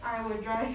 I will drive